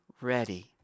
ready